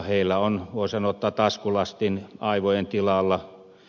heillä on voi sanoa taskulaskin aivojen tilalla